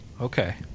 Okay